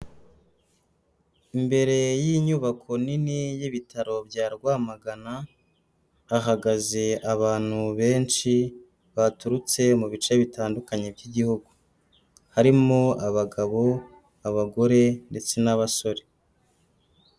Imbere y'inyubako nini y'Ibitaro bya Rwamagana, hahagaze abantu benshi baturutse mu bice bitandukanye by'Igihugu. Harimo abagabo, abagore ndetse n'abasore.